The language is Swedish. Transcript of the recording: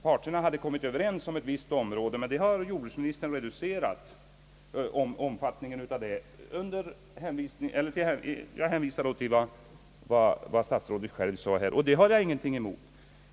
Parterna hade kommit överens om ett visst område, men det har jordbruksministern reducerat — jag hänvisar då till vad statsrådet själv har yttrat — och det har jag ingenting emot.